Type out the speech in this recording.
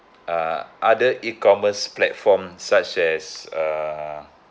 uh other E commerce platform such as uh